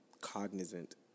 cognizant